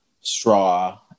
straw